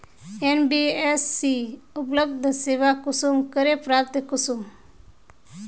NBFC उपलब्ध सेवा कुंसम करे प्राप्त करूम?